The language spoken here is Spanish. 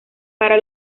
para